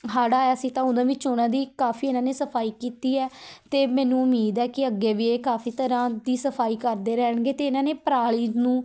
ਹੜ੍ਹ ਆਇਆ ਸੀ ਤਾਂ ਉਹਨਾਂ ਦੀ ਕਾਫੀ ਇਹਨਾਂ ਨੇ ਸਫਾਈ ਕੀਤੀ ਹੈ ਅਤੇ ਮੈਨੂੰ ਉਮੀਦ ਹੈ ਕਿ ਅੱਗੇ ਵੀ ਇਹ ਕਾਫੀ ਤਰ੍ਹਾਂ ਦੀ ਸਫਾਈ ਕਰਦੇ ਰਹਿਣਗੇ ਅਤੇ ਇਹਨਾਂ ਨੇ ਪਰਾਲੀ ਨੂੰ